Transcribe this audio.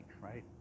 right